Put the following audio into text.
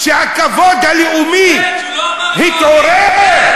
שהכבוד הלאומי התעורר?